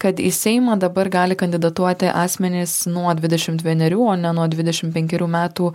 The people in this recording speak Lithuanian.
kad į seimą dabar gali kandidatuoti asmenys nuo dvidešim vienerių o ne nuo dvidešim penkerių metų